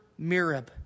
Mirab